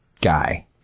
guy